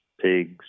pigs